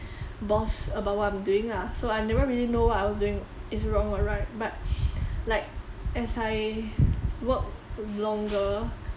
boss about what I'm doing lah so I never really know what I was doing is wrong or right but like as I worked longer